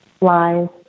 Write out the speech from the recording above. lies